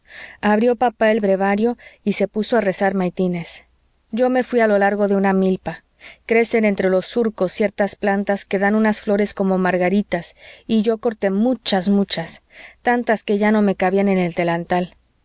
abrió papá el breviario y se puso a rezar maitines yo me fui a lo largo de una milpa crecen entre los surcos ciertas plantas que dan unas flores como margaritas y yo corté muchas muchas tantas que ya no me cabían en el delantal